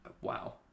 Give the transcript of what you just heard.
wow